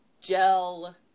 gel